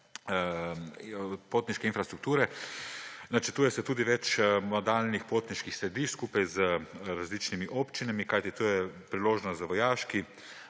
potniške infrastrukture. Načrtuje se tudi več modalnih potniških središč, skupaj z različnimi občinami, kajti to je priložnost za vojaški,